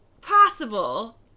Possible